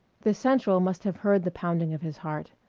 the central must have heard the pounding of his heart.